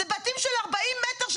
זה בתים של ארבעים מטר,